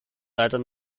leider